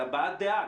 זאת הבעת דעה.